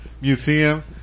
Museum